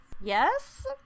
Yes